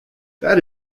that